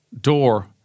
door